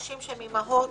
לנשים שהן אימהות,